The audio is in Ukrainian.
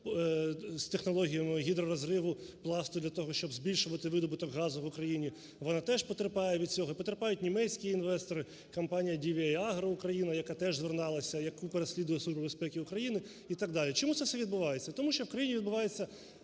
з технологіями гідророзриву пласту, для того щоб збільшувати видобуток газу в Україні. Вона теж потерпає від цього, і потерпають німецькі інвестори, компанія DVA Agro Ukraine, яка теж зверталася, яку переслідує Служба безпеки України? і так далі. Чому це все відбувається? Тому що в країні відбувається